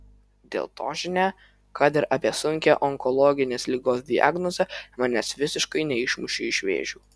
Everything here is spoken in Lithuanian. dėl to žinia kad ir apie sunkią onkologinės ligos diagnozę manęs visiškai neišmušė iš vėžių